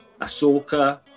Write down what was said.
Ahsoka